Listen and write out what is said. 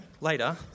later